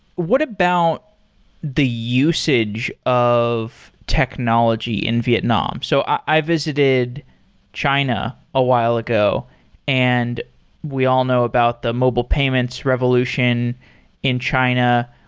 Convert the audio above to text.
what about the usage of technology in vietnam? so i visited china a while ago and we all know about the mobile payments revolution in china.